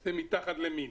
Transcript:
זה מתחת למינימום.